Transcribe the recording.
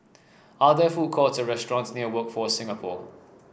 are there food courts or restaurants near Workforce Singapore